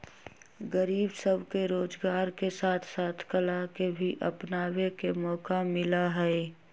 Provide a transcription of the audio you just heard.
गरीब सब के रोजगार के साथ साथ कला के भी अपनावे के मौका मिला हई